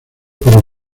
por